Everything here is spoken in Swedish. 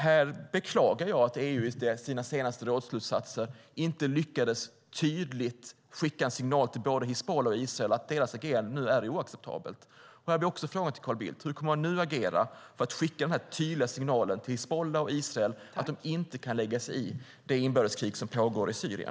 Jag beklagar att EU i sina senaste rådsslutsatser inte tydligt lyckades skicka en signal till både Hizbullah och Israel att deras agerande nu är oacceptabelt. Frågan till Carl Bildt blir: Hur kommer man nu att agera för att skicka den här tydliga signalen till Hizbullah och Israel att de inte kan lägga sig i det inbördeskrig som pågår i Syrien?